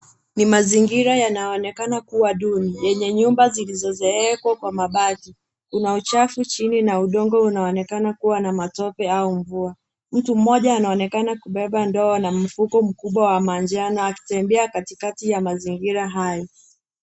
Ni mazingira yanaonekana kuwa duni yenye nyumba zilizoezekwa kwa mabati. Kuna uchafu chini na udongo unaonekana kuwa na matope au mvua. Mtu mmoja anaonekana kubeba ndoo na mfuko mkubwa wa manjano akitembea katikati ya mazingira hayo.